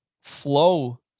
flow